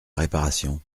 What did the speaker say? réparation